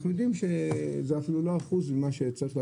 אנחנו יודעים שזה אפילו לא אחוז ממה שצריך,